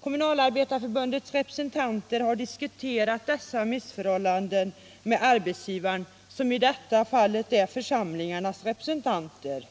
Kommunalarbetareförbundets representanter har diskuterat dessa missförhållanden med arbetsgivaren, i detta fall församlingarnas representanter,